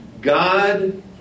God